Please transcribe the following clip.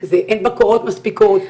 אין בקרות מספיקות,